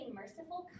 merciful